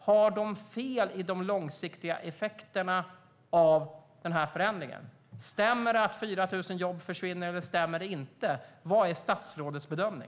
Har de fel om de långsiktiga effekterna av den här förändringen? Stämmer det att 4 000 jobb försvinner, eller stämmer det inte? Vad är statsrådets bedömning?